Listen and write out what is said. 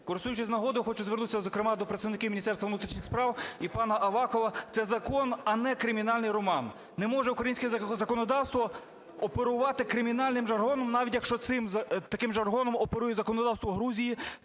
Користуючись нагодою, хочу звернутись зокрема до представників Міністерства внутрішніх справ і пана Авакова. Це закон, а не кримінальний роман. Не може українське законодавство оперувати кримінальним жаргоном, навіть, якщо цим, таким жаргоном, оперує законодавство Грузії